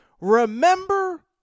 Remember